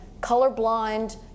colorblind